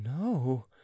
No